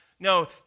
No